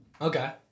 okay